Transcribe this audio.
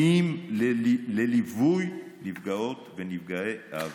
לליווי נפגעות ונפגעי העבירה.